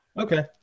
Okay